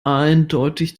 eindeutig